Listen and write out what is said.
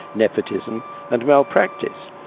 nepotism and malpractice.